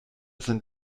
sind